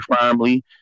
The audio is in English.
firmly